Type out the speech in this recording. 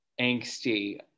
angsty